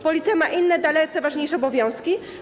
Policja ma inne, dalece ważniejsze obowiązki.